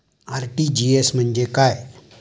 RTGS म्हणजे काय?